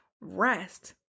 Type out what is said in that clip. Rest